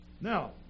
Now